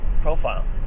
profile